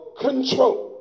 control